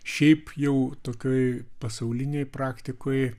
šiaip jau tokioj pasaulinėj praktikoj